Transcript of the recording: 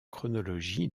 chronologie